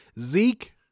Zeke